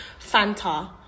Fanta